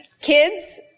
Kids